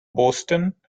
boston